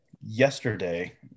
yesterday